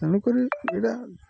ତେଣୁକରି ଏଇଟା